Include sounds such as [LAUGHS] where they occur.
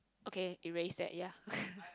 okay erase that ya [LAUGHS]